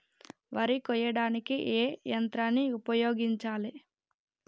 వరి కొయ్యడానికి ఏ యంత్రాన్ని ఉపయోగించాలే?